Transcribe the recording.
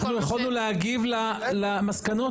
אנחנו יכולנו להגיב למסקנות?